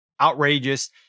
outrageous